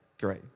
Great